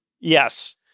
Yes